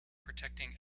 protecting